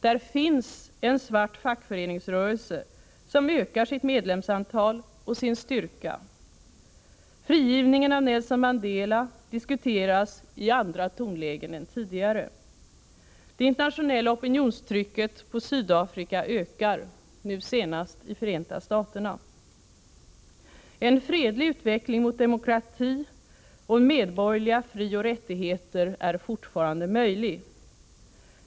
Där finns en svart fackföreningsrörelse, som ökar sitt medlemsantal och sin styrka. Frigivningen av Nelson Mandela diskuteras i andra tonlägen än tidigare. Det internationella opinionstrycket på Sydafrika ökar, nu senast i Förenta Staterna. En fredlig utveckling mot demokrati och medborgerliga frioch rättigheter är fortfarande möjlig.